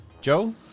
joe